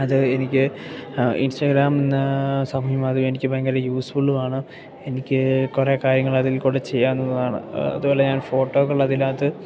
അത് എനിക്ക് ഇൻസ്റ്റാഗ്രാം എന്ന സമൂഹ മാധ്യമം എനിക്ക് ഭയങ്കര യൂസ്ഫുള്ളുമാണ് എനിക്ക് കുറെ കാര്യങ്ങൾ അതിൽ കൂടെ ചെയ്യാവുന്നതാണ് അതുപോലെ ഞാൻ ഫോട്ടോകൾ അതിനകത്ത്